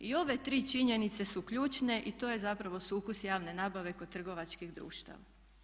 I ove tri činjenice su ključne i to je zapravo sukus javne nabave kod trgovačkih društava.